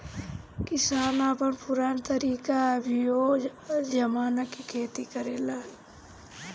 किसान अपन पुरान तरीका अभियो आजमा के खेती करेलें